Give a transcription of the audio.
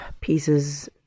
pieces